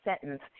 sentence